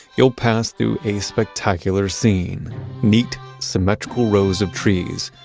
you'll pass through a spectacular scene neat symmetrical rows of trees,